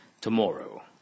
Tomorrow